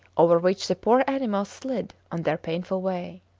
over which the poor animals slid on their painful way.